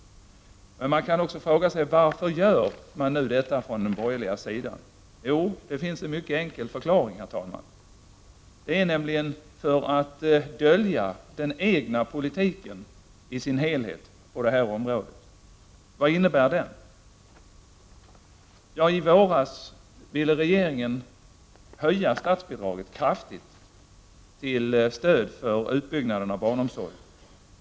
Man kan också fråga sig varför de borgerliga gör detta. Det finns en mycket enkel förklaring till det, herr talman. De gör det för att dölja den egna politiken i dess helhet på detta område. Vad innebär då den? I våras ville regeringen höja statsbidraget kraftigt, till stöd för utbyggnaden av barnomsorgen.